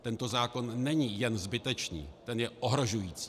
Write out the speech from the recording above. Tento zákon není jen zbytečný, ten je ohrožující.